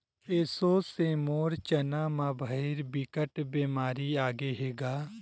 एसो से मोर चना म भइर बिकट बेमारी आगे हे गा